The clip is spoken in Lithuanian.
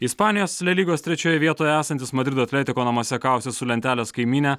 ispanijos le lygos trečioje vietoje esantis madrido atletico namuose kausis su lentelės kaimyne